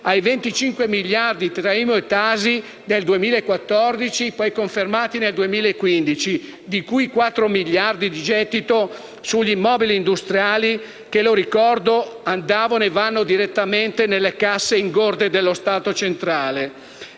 ai 25 miliardi di euro tra IMU e TASI del 2014, poi confermati nel 2015, di cui 4 miliardi di euro di gettito sugli immobili industriali, che - lo ricordo - andavano e vanno direttamente nelle casse ingorde dello Stato centrale.